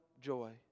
joy